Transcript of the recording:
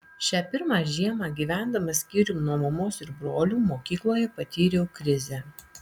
šią pirmą žiemą gyvendamas skyrium nuo mamos ir brolių mokykloje patyriau krizę